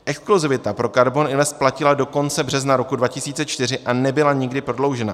Exkluzivita pro KARBON INVEST platila do konce března roku 2004 a nebyla nikdy prodloužena.